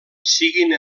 siguin